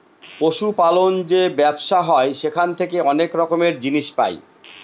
পশু পালন যে ব্যবসা হয় সেখান থেকে অনেক রকমের জিনিস পাই